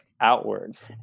outwards